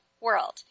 world